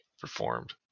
performed